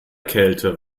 kälte